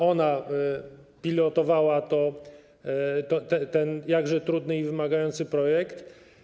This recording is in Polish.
Ona pilotowała ten jakże trudny i wymagający projekt.